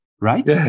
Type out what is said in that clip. right